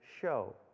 show